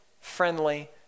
friendly